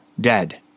dead